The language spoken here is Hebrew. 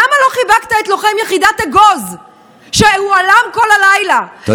למה לא חיבקת את לוחם יחידת אגוז שהועלם כל הלילה,